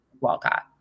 Walcott